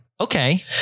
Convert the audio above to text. Okay